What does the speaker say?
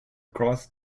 cross